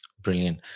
Brilliant